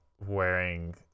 wearing